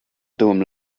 dum